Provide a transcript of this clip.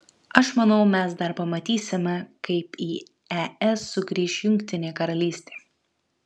aš manau mes dar pamatysime kaip į es sugrįš jungtinė karalystė